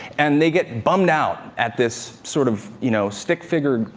and they get bummed out at this, sort of, you know, stick figure,